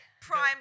prime